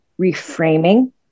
reframing